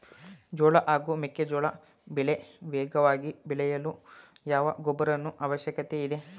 ಜೋಳ ಹಾಗೂ ಮೆಕ್ಕೆಜೋಳ ಬೆಳೆ ವೇಗವಾಗಿ ಬೆಳೆಯಲು ಯಾವ ಗೊಬ್ಬರದ ಅವಶ್ಯಕತೆ ಇದೆ?